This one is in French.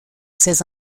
ses